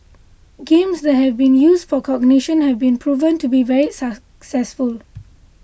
games that have been used for cognition have proven to be very successful